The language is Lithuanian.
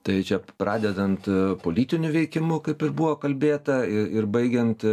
tai čia pradedant politiniu veikimu kaip ir buvo kalbėta i ir baigiant